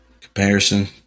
comparison